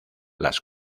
las